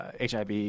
HIV